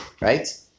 right